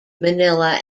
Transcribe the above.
manila